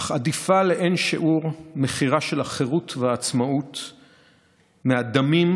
אך עדיף לאין-שיעור מחירה של החירות והעצמאות מהדמים,